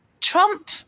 Trump